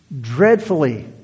dreadfully